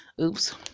oops